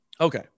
Okay